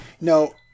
no